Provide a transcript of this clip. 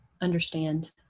understand